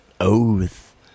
Oath